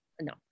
No